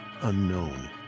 unknown